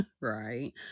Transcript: right